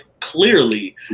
clearly